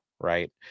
right